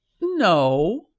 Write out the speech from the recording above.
No